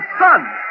son